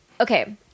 okay